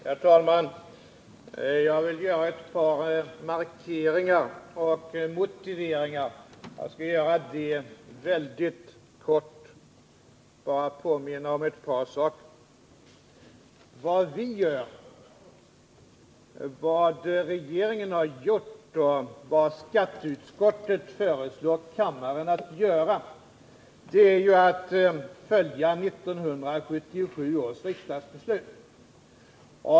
Herr talman! Jag vill göra ett par markeringar och motiveringar. Jag skall göra det väldigt kort och bara påminna om ett par saker. Vad vi gör, vad regeringen har gjort och vad skatteutskottet föreslagit kammaren att göra är ju att följa 1977 års riksdagsbeslut.